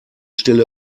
stelle